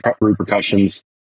repercussions